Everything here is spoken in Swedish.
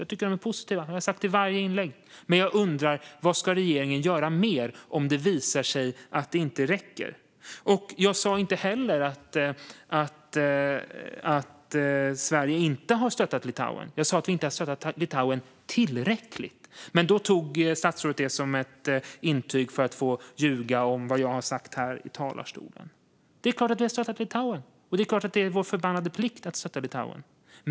Jag tycker att det är bra, och det har jag sagt i varje inlägg. Men jag undrar vad regeringen ska göra mer om det visar sig att det inte räcker. Jag sa inte heller att Sverige inte har stöttat Litauen. Jag sa att vi inte har stöttat Litauen tillräckligt. Men det tog statsrådet som intäkt för att få ljuga om vad jag har sagt här i talarstolen. Det är klart att vi har stöttat Litauen, för det är vår förbannade plikt!